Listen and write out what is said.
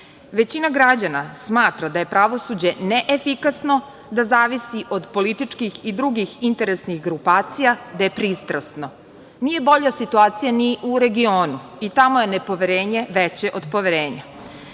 građana smatra da je pravosuđe neefikasno, da zavisi od političkih i drugih interesnih grupacija, da je pristrasno. Nije bolja situacija ni u regionu. I tamo je nepoverenje veće od poverenja. Na